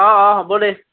অ অ হ'ব দে